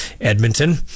Edmonton